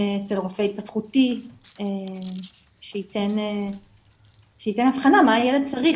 אצל רופא התפתחותי שייתן אבחנה מה הילד צריך,